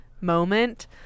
moment